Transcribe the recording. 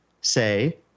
say